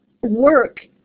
work